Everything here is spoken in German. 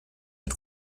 mit